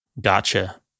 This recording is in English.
Gotcha